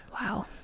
Wow